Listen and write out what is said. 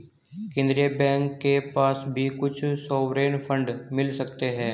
केन्द्रीय बैंक के पास भी कुछ सॉवरेन फंड मिल सकते हैं